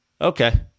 Okay